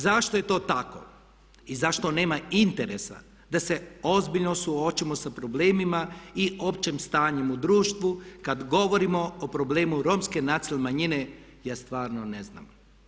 Zašto je to tako i zašto nema interesa da se ozbiljno suočimo sa problemima i općem stanju u društvu kada govorimo o problemu Romske nacionalne manjine ja stvarno ne znam.